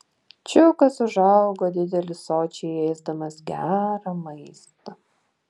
čiukas užaugo didelis sočiai ėsdamas gerą maistą